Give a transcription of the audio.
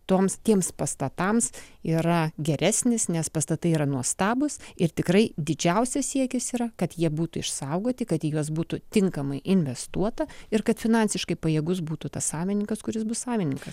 toms tiems pastatams yra geresnis nes pastatai yra nuostabūs ir tikrai didžiausias siekis yra kad jie būtų išsaugoti kad juos būtų tinkamai investuota ir kad finansiškai pajėgus būtų tas savininkas kuris bus savininkas